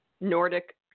Nordic